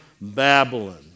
Babylon